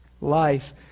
life